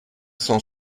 cent